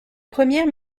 première